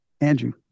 Andrew